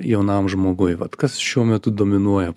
jaunam žmoguj vat kas šiuo metu dominuoja